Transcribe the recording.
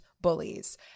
bullies